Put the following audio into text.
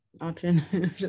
option